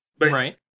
Right